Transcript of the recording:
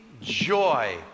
joy